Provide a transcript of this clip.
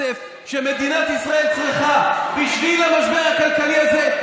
את הכסף שמדינת ישראל צריכה בשביל המשבר הכלכלי הזה,